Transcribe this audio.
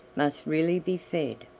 must really be fed!